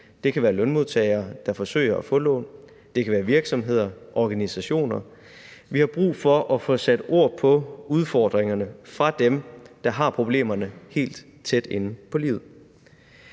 Det kan være lønmodtagere, der forsøger at få lån. Det kan være virksomheder, organisationer. Vi har brug for at få sat ord på udfordringerne fra dem, der har problemerne helt tæt inde på livet.